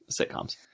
sitcoms